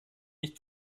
nicht